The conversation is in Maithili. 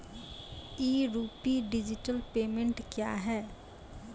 ई रूपी डिजिटल पेमेंट क्या हैं?